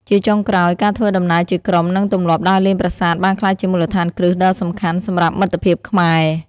ជាចុងក្រោយ ការធ្វើដំណើរជាក្រុមនិងទម្លាប់ដើរលេងប្រាសាទបានក្លាយជាមូលដ្ឋានគ្រឹះដ៏សំខាន់សម្រាប់មិត្តភាពខ្មែរ។